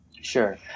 sure